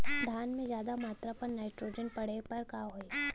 धान में ज्यादा मात्रा पर नाइट्रोजन पड़े पर का होई?